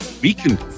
Beacon